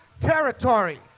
territory